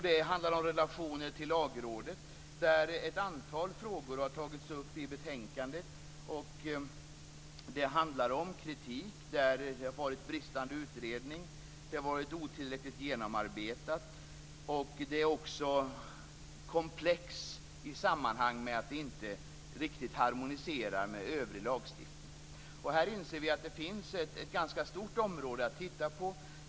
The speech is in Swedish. Det handlar om relationer till Lagrådet. Ett antal frågor har tagits upp i betänkandet. Det handlar om kritik där det varit bristande utredning. Det har varit otillräckligt genomarbetat. Det är också komplex i sammanhang med att det inte riktigt harmoniserar med övrig lagstiftning. Här inser vi att det finns ett ganska stort område att titta på.